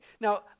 Now